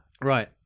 Right